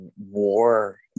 war